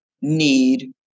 need